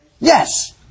Yes